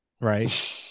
right